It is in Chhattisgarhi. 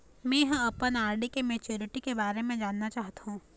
में ह अपन आर.डी के मैच्युरिटी के बारे में जानना चाहथों